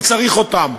מי צריך אותם?